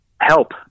help